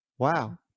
Wow